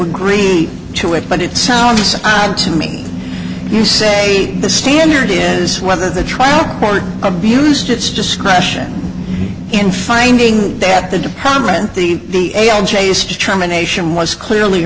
agree to it but it sounds to me you say the standard in this whether the trial court abused its discretion in finding that the department the da and chase determination was clearly